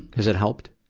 has it helped?